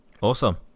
awesome